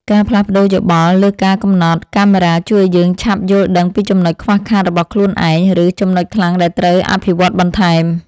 ការផ្លាស់ប្តូរយោបល់លើការកំណត់កាមេរ៉ាជួយឱ្យយើងឆាប់យល់ដឹងពីចំណុចខ្វះខាតរបស់ខ្លួនឯង ឬ ចំណុចខ្លាំងដែលត្រូវអភិវឌ្ឍបន្ថែម។